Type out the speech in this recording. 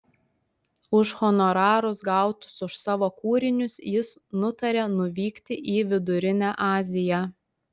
už honorarus gautus už savo kūrinius jis nutarė nuvykti į vidurinę aziją